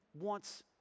wants